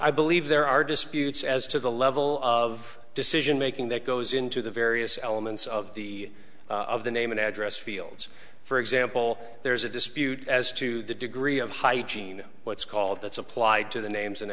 i believe there are disputes as to the level of decision making that goes into the various elements of the of the name and address fields for example there's a dispute as to the degree of hygiene what's called that's applied to the names and